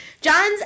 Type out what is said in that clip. John's